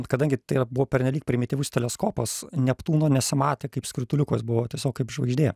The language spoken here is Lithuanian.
kadangi tai yra buvo pernelyg primityvus teleskopas neptūno nesimatė kaip skrituliukus buvo tiesiog kaip žvaigždė